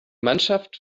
mannschaft